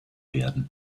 werden